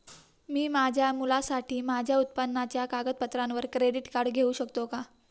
मी माझ्या मुलासाठी माझ्या उत्पन्नाच्या कागदपत्रांवर क्रेडिट कार्ड घेऊ शकतो का?